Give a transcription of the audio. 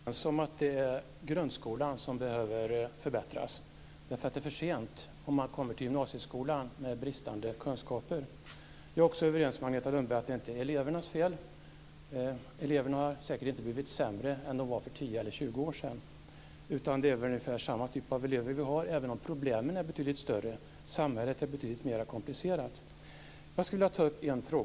Fru talman! Jag tackar för det beskedet. Vi är överens om att grundskolan behöver förbättras. Det är för sent om man kommer till gymnasieskolan med bristande kunskaper. Jag är också överens med Agneta Lundberg om att det här inte är elevernas fel. Eleverna har säkert inte blivit sämre än eleverna för 10 eller 20 år sedan var, utan det är väl ungefär samma typ av elever som vi nu har. Däremot är problemen betydligt större nu; samhället är betydligt mera komplicerat.